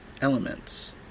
elements